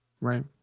right